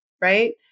right